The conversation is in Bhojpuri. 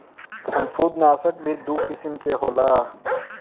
फंफूदनाशक भी दू किसिम के होला